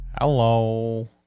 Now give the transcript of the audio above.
hello